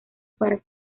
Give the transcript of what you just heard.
para